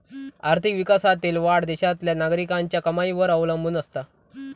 आर्थिक विकासातील वाढ देशातल्या नागरिकांच्या कमाईवर अवलंबून असता